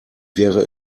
wäre